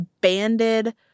banded